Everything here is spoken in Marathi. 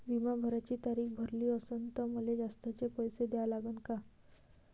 बिमा भराची तारीख भरली असनं त मले जास्तचे पैसे द्या लागन का?